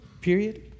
period